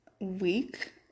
week